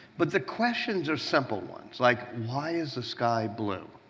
but the questions are simple ones. like, why is the sky blue?